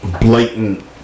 Blatant